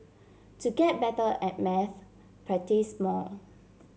to get better at maths practise more